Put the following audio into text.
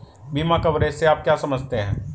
बीमा कवरेज से आप क्या समझते हैं?